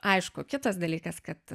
aišku kitas dalykas kad